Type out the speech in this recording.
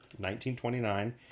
1929